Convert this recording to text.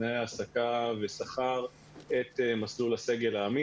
לתנאי ההעסקה ושכר את מסלול הסגל העמית,